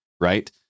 right